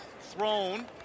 thrown